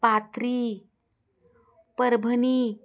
Pathri Parbhani